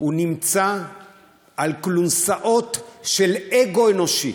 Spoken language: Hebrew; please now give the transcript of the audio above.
הוא נמצא על כלונסאות של אגו אנושי.